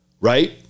right